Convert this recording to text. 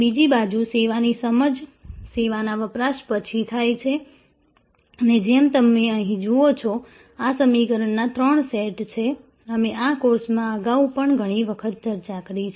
બીજી બાજુ સેવાની સમજ સેવાના વપરાશ પછી થાય છે અને જેમ તમે અહીં જુઓ છો આ સમીકરણોના ત્રણ સેટ છે અમે આ કોર્સમાં અગાઉ પણ ઘણી વખત ચર્ચા કરી છે